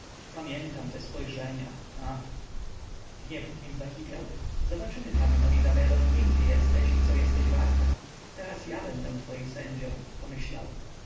pamiętam te spojrzenia ach gniew w nim zakipiał zobaczymy panno izabelo kim ty jesteś i co jesteś warta teraz ja będę twoim sędzią pomyślał